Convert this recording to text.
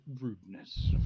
rudeness